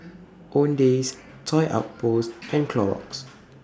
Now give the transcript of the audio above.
Owndays Toy Outpost and Clorox